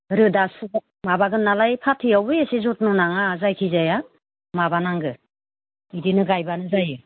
रोदा सुबा माबागोन नालाय फाथैयावबो एसे जथ्न नाङा जायखिजाय माबानांगो बिदिनो गायबानो जायो